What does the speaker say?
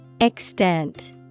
Extent